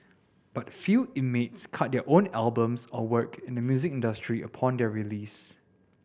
but few inmates cut their own albums or work in the music industry upon their release